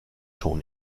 schon